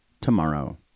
tomorrow